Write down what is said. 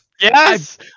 Yes